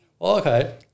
Okay